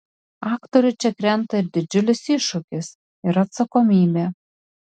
aktoriui čia krenta ir didžiulis iššūkis ir atsakomybė